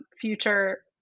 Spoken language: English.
future